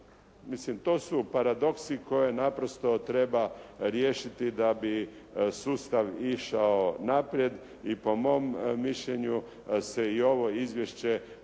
to su paradoksi koje naprosto treba riješiti da bi sustav išao naprijed i po mom mišljenju se i ovo izvješće